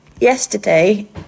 yesterday